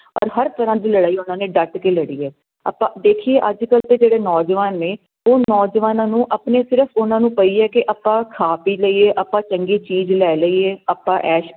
ਪਰ ਹਰ ਤਰਹਾਂ ਦੀ ਲੜਾਈ ਉਹਨਾਂ ਨੇ ਡੱਟ ਕੇ ਲੜੀ ਹੈ ਆਪਾਂ ਦੇਖੀਏ ਅੱਜ ਕੱਲ ਦੇ ਜਿਹੜੇ ਨੌਜਵਾਨ ਨੇ ਉਹ ਨੌਜਵਾਨਾਂ ਨੂੰ ਆਪਣੇ ਸਿਰਫ ਉਹਨਾਂ ਨੂੰ ਪਈ ਹੈ ਕਿ ਆਪਾਂ ਖਾ ਪੀ ਲਈਏ ਆਪਾਂ ਚੰਗੀ ਚੀਜ਼ ਲੈ ਲਈਏ ਆਪਾਂ ਐਸ਼